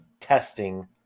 testing